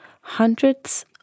Hundreds